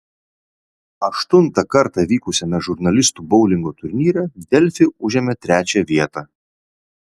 aštuntą kartą vykusiame žurnalistų boulingo turnyre delfi užėmė trečią vietą